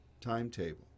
timetable